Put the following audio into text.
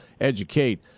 educate